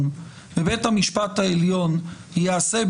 והתשובה השנייה, והיא העיקרית.